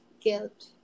guilt